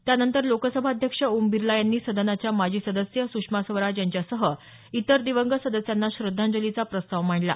त्यानंतर लोकसभाध्यक्ष ओम बिर्ला यांनी सदनाच्या माजी सदस्य सुषमा स्वराज यांच्यासह इतर दिवंगत सदस्यांना श्रद्धांजलीचा प्रस्ताव मांडला